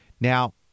Now